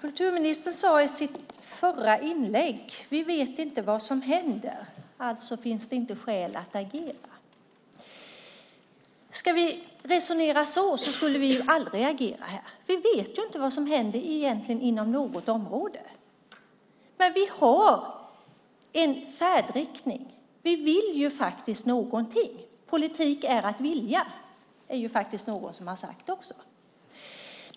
Kulturministern sade i sitt förra inlägg: Vi vet inte vad som händer. Alltså finns det inte skäl att agera. Om vi skulle resonera så skulle vi aldrig agera här. Vi vet ju egentligen inte vad som händer inom något område. Men vi har en färdriktning. Vi vill någonting. Politik är att vilja - det är faktiskt någon som har sagt så också.